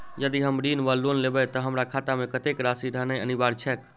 यदि हम ऋण वा लोन लेबै तऽ हमरा खाता मे कत्तेक राशि रहनैय अनिवार्य छैक?